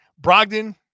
Brogdon